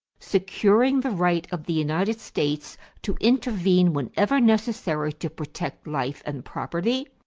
securing the right of the united states to intervene whenever necessary to protect life and property,